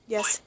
Yes